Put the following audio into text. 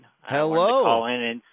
Hello